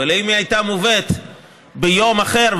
אלא אם היא הייתה מובאת ביום אחר,